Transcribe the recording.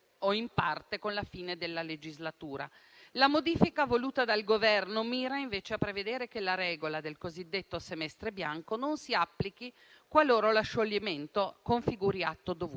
La modifica voluta dal Governo mira, invece, a prevedere che la regola del cosiddetto semestre bianco non si applichi qualora lo scioglimento configuri atto dovuto.